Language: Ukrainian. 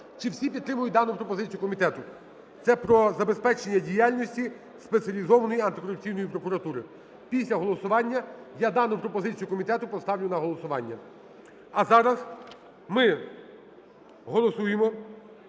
чи всі підтримують дану пропозицію комітету. Це про забезпечення діяльності спеціалізованої антикорупційної прокуратури. Після голосування я дану пропозицію комітету поставлю на голосування. А зараз ми голосуємо